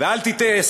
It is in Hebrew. ואל תטעה,